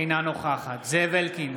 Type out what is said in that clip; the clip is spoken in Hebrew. אינה נוכחת זאב אלקין,